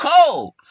cold